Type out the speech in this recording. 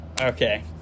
Okay